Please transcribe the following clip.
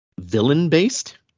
villain-based